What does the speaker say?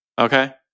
Okay